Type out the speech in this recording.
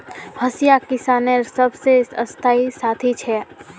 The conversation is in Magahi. हंसिया किसानेर सबसे स्थाई साथी छे